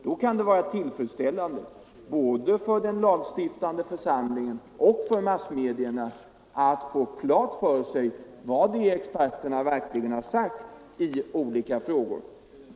Då kan det vara bra både för riksdagen och för massmedierna att få klart för sig vad experter. .a verkligen anser i olika frågor.